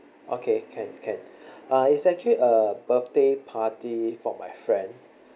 okay can can uh it's actually a birthday party for my friend